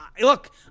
look